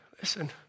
Listen